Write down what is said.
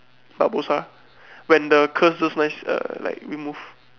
Barbossa when the curse just nice err like remove